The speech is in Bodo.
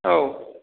औ